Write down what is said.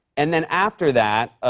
and then, after that,